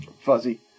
Fuzzy